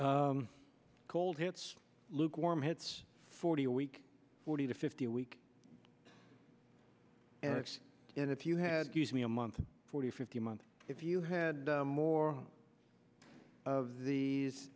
cold hits lukewarm hits forty a week forty to fifty a week and that's it if you had gives me a month forty fifty a month if you had more of these